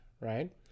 Right